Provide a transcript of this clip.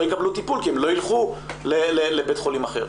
יקבלו טיפול כי הם לא ילכו לבית חולים אחר.